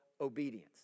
obedience